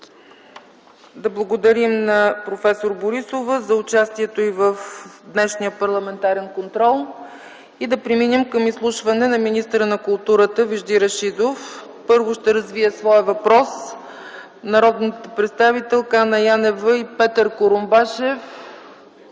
Да благодарим на проф. Борисова за участието й в днешния парламентарен контрол. Преминаваме към изслушване на министъра на културата Вежди Рашидов. Първо ще развият своя въпрос народните представители Анна Янева и Петър Курумбашев